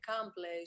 accomplish